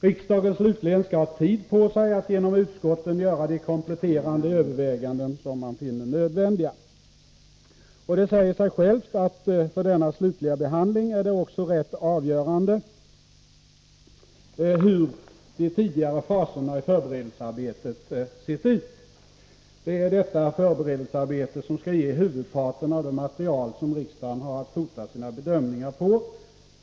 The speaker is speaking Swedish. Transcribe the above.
Riksdagen, slutligen, skall ha tid på sig att genom utskotten göra de kompletterande överväganden som man finner nödvändiga. Det säger sig självt att för denna slutliga behandling är det också rätt avgörande hur de tidigare faserna i förberedelsearbetet sett ut. Det är detta förberedelsearbete som skall ge huvudparten av det material som riksdagen har att fota sina bedömningar på.